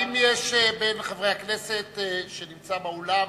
האם יש בן חברי הכנסת מי שנמצא באולם